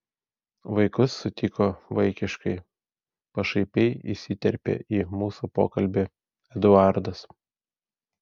vaikus sutiko vaikiškai pašaipiai įsiterpė į mūsų pokalbį eduardas